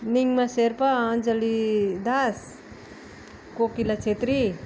निङ्मा Sherpa Anjali Das Kokila Chhetri